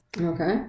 Okay